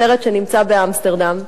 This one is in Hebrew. סרט שנמצא באמסטרדם,